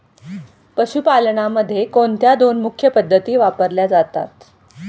पशुपालनामध्ये कोणत्या दोन मुख्य पद्धती वापरल्या जातात?